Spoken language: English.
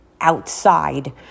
outside